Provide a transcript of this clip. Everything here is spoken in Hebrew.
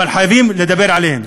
אבל חייבים לדבר עליהם.